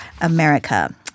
America